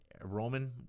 Roman